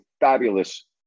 fabulous